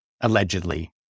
allegedly